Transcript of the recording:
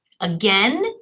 again